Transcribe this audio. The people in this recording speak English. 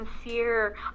sincere